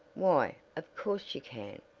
why, of course you can.